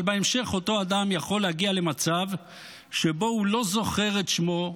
אבל בהמשך אותו אדם יכול להגיע למצב שבו הוא לא זוכר את שמו,